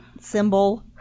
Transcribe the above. symbol